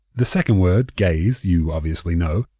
the second word, gays, you obviously know,